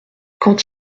quand